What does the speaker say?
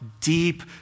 deep